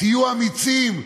תהיו אמיצים,